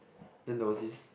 then there was this